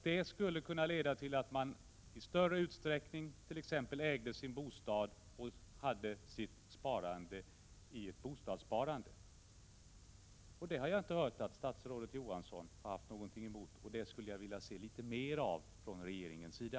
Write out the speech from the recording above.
Detta skulle kunna leda till att man i större utsträckning t.ex. ägde sin bostad och hade sitt sparande i ett bostadssparande. Jag har inte hört att statsrådet Johansson har haft någonting emot detta — något jag skulle vilja se litet mer av från regeringens sida.